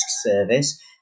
service